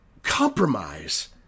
compromise